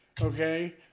okay